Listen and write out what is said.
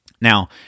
Now